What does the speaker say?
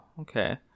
Okay